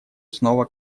снова